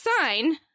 sign